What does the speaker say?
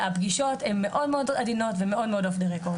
והפגישות הן מאוד מאוד עדינות ומאוד מאוד off the record.